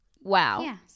Wow